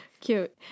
Cute